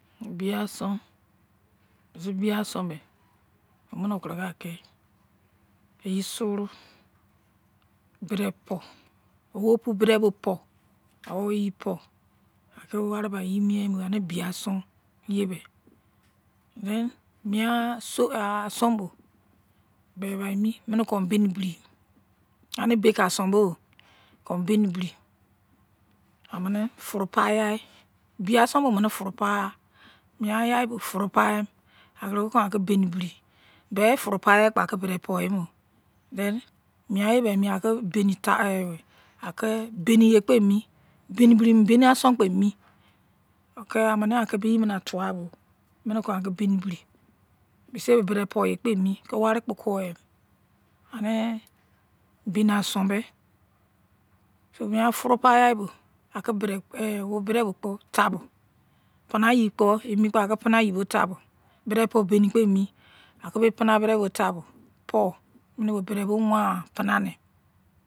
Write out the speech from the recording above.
Biu ason besi biu ason be omine okin kaki yei soru bedei pon, owo bedei pon awo bo yi bo pon akiwaribo mieniiyibo ani biu ason besi teen mia ason bo beibaimi emi kon ki beni beri ani ebeke ason bo kon bene beri ani furu puwai yai biu ason bo amini furu puwai yai mia yeibo anmine furu puwaiyai amene kon akibo bene beri furu puwaiyai kpo aki bedei poimo then bianye bei mi aki beniye kpo mi, beni beri beni ason kpe emi aminikon aki beyi mi atuwa bo emi kon aki beni beri besiye beidei poyekpe me akin wari kpo tuwaim beneason me mia furu puwaiyai ye bo kon aki bedei kpo taubam pinaye kom emikpo aki pinaye bo kpo tavbum bedei pou beni kpe mi aki be bedei pou ye bo taubu bedeibo wam pinadei